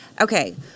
Okay